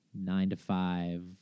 nine-to-five